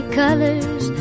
colors